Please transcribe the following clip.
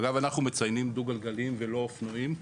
אגב אנחנו מציינים דו גלגליים ולא אופנועים,